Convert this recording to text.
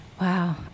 Wow